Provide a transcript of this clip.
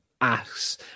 asks